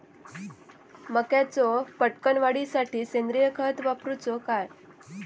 मक्याचो पटकन वाढीसाठी सेंद्रिय खत वापरूचो काय?